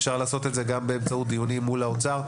אפשר לעשות את זה גם באמצעות דיונים מול האוצר.